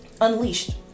Unleashed